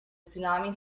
tsunami